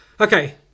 Okay